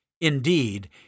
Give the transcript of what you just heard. Indeed